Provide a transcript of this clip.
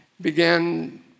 began